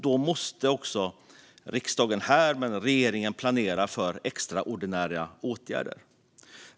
Då måste riksdagen men också regeringen planera för extraordinära åtgärder.